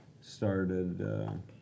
started